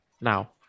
now